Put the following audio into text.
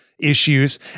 issues